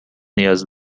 نیاز